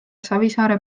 savisaare